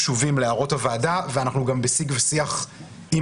קשובים להערות הוועדה ואנחנו גם בסיג ושיח עם